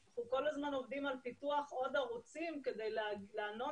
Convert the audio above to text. אנחנו כל הזמן עובדים על פיתוח עוד ערוצים כדי לענות